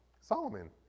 Solomon